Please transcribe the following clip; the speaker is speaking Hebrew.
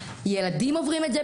ילדים עוברים את זה,